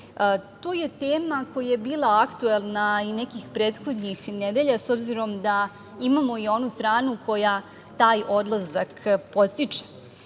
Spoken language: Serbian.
je tema koja je bila aktuelna i nekih prethodnih nedelja s obzirom da imamo i onu stranu koja taj odlazak podstiče.